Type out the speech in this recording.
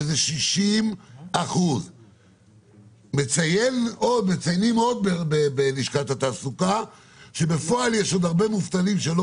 שזה 60%. מציינים עוד בלשכת התעסוקה שבפועל יש עוד הרבה מובטלים שלא